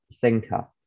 thinker